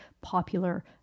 popular